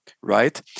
right